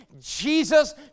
Jesus